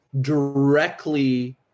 directly